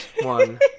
one